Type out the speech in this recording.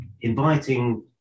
inviting